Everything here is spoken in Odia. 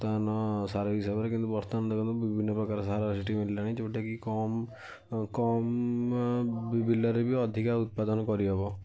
ବର୍ତ୍ତମାନ ସାର ହିସାବରେ କିନ୍ତୁ ବର୍ତ୍ତମାନ ଦେଖନ୍ତୁ ବିଭିନ୍ନ ପ୍ରକାର ସାର ସେଠି ମିଳିଲାନି ଯେଉଁଟାକି କମ୍ କମ୍ ବିଲରେ ବି ଅଧିକା ଉତ୍ପାଦନ କରିହେବ